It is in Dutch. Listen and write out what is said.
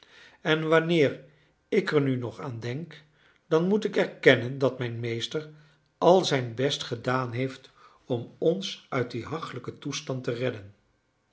en wanneer ik er nu nog aan denk dan moet ik erkennen dat mijn meester al zijn best gedaan heeft om ons uit dien hachelijken toestand te redden